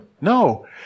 No